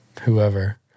whoever